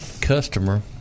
customer